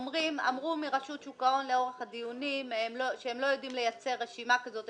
אמרו מרשות שוק ההון לאורך הדיונים שהם לא יודעים לייצר רשימה כזאת,